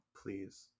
Please